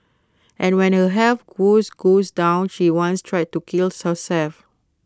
and when her health woes down she once tried to kill herself